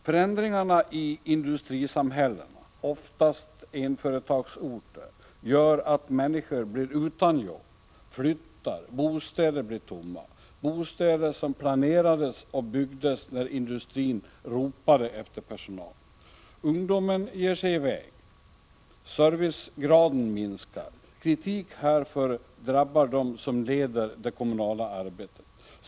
Förändringarna i industrisamhällena, ofta enföretagsorter, gör att människor blir utan jobb och flyttar, och bostäder blir tomma, bostäder som planerades och byggdes när industrin ropade efter personal. Ungdomen ger sig i väg, servicegraden minskar. Kritik härför drabbar dem som leder det kommunala arbetet.